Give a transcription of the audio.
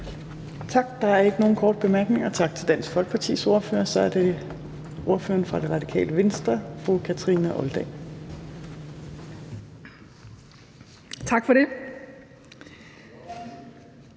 Torp): Der er ikke nogen korte bemærkninger. Tak til Dansk Folkepartis ordfører. Så er det ordføreren for Det Radikale Venstre, fru Kathrine Olldag. Kl.